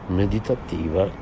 meditativa